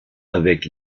avec